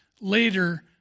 later